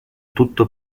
tutto